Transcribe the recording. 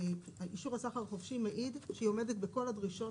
אישור הסחר החופשי מעיד שהיא עומדת בכל הדרישות